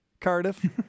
Cardiff